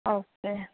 okay